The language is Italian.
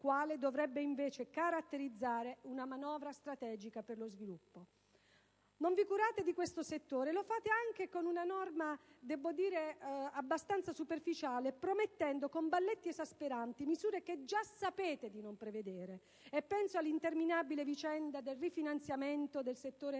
quale dovrebbe invece caratterizzare una manovra strategica per lo sviluppo. Non vi curate di questo settore, e lo fate anche con una norma abbastanza superficiale promettendo, con balletti esasperanti, misure che già sapete di non prevedere. Penso all'interminabile vicenda del rifinanziamento del settore